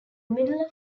middle